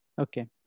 Okay